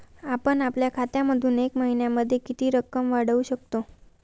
आपण आपल्या खात्यामधून एका महिन्यामधे किती रक्कम काढू शकतो?